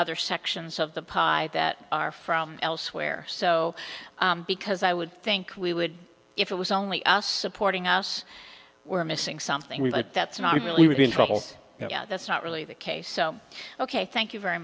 other sections of the pie that are from elsewhere so because i would think we would if it was only us supporting us we're missing something but that's not really really in trouble that's not really the case so ok thank you very